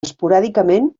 esporàdicament